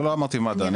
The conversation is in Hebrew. לא אמרתי מד"א.